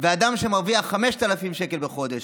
ואדם שמרוויח 5,000 שקל בחודש,